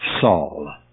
Saul